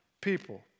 people